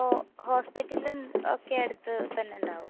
ഓ ഹോസ്പിറ്റലുമൊക്കെ അടുത്തുതന്നെയുണ്ടാകുമോ